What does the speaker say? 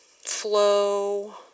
flow